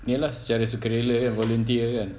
ni lah secara sukarela kan volunteer kan